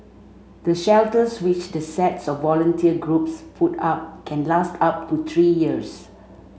the shelters which the sets of volunteer groups put up can last up to three years